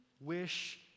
wish